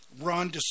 Ron